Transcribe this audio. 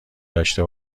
داشته